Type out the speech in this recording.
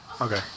Okay